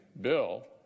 bill